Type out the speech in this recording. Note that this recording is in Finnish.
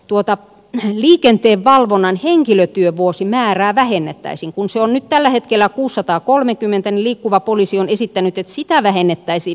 tuota vicente valvonnan hiki ja työvuosimäärää vähennettäisiin kun se on nyt tällä hetkellä kuusisataakolmekymmentän liikkuva poliisi on esittänyt etsitä vähennettäisiin